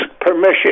permission